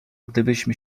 gdybyśmy